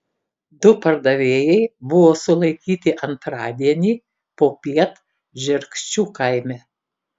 du pardavėjai buvo sulaikyti antradienį popiet žerkščių kaime